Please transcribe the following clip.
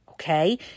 Okay